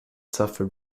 suffered